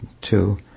two